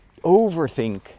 overthink